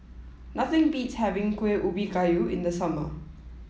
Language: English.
nothing beats having Kuhn Ubi Kayu in the summer